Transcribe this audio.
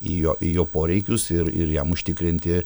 į jo į jo poreikius ir ir jam užtikrinti